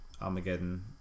Armageddon